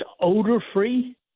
odor-free